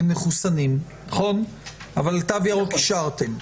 מחוסנים, אבל תו ירוק השארתם.